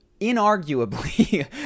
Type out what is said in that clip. inarguably